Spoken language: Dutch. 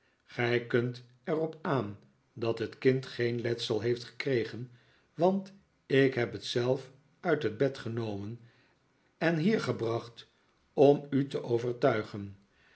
gij kunt er op aan dat het kind geen letsel heeft gekregen want ik heb het zelf uit het bed genomen en hier gebracht om u te overtuigen